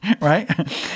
Right